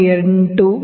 08 ಮಿ